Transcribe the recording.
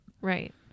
Right